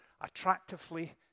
attractively